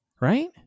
Right